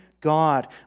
God